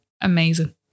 amazing